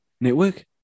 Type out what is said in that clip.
Network